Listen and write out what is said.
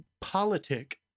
politic